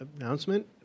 announcement